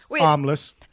armless